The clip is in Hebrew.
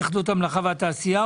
התאחדות המלאכה והתעשייה,